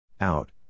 out